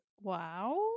wow